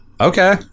okay